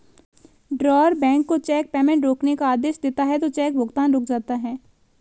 drawer bank को cheque payment रोकने का आदेश देता है तो चेक भुगतान रुक जाता है